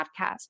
podcast